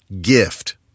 gift